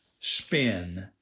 spin